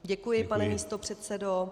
Děkuji, pane místopředsedo.